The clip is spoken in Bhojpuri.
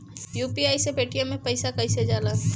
यू.पी.आई से पेटीएम मे पैसा कइसे जाला?